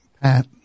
Pat